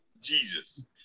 Jesus